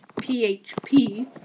php